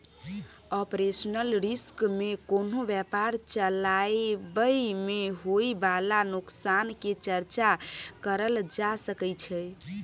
operational risk में कोनो व्यापार चलाबइ में होइ बाला नोकसान के चर्चा करल जा सकइ छइ